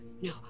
No